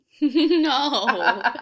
no